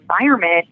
environment